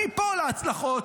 אני פה להצלחות.